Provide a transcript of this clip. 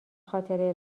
خاطره